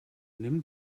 nimm